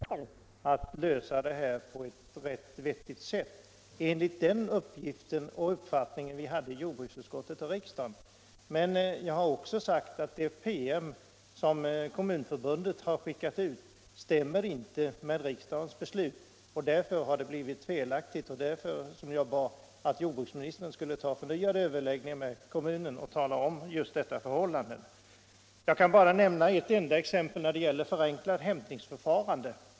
Herr talman! Den sista frågan borde vara onödigt att besvara. Det är helt klart att jag menar att besvärsrätten skall vara kvar. Jordbruksministern säger att jag rör ihop det för mig när jag talar om Vara kommun. Men det är så — jag har inte sagt eller trott något annat — att kommunerna om viljan finns har möjligheter att lösa sophämtningen på ett vettigt sätt enligt den beslutade ändringen. Men jag har också sagt att den PM som Kommunförbundet skickat ut inte stämmer med riksdagens beslut. Där har det uppstått felaktigheter, och det var därför jag bad att jordbruksministern skulle ta upp förnyade överläggningar med Kommunförbundet och tala om just detta förhållande. Jag skall bara nämna ett enda exempel beträffande förenklat hämtningsförfarande.